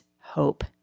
hope